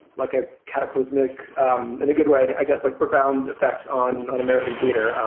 like a cataclysmic in a good way, i guess, like profound effect on on american theater.